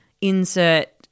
insert